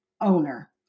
owner